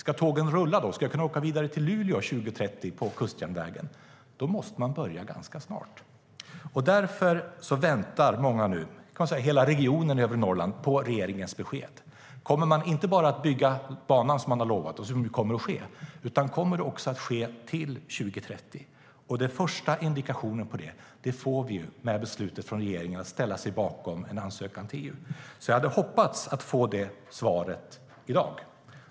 Ska tågen rulla då, så att jag kan åka vidare på kustjärnvägen till Luleå, måste man börja ganska snart. Jag hade hoppats att få det svaret i dag.